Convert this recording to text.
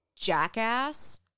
jackass